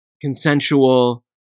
consensual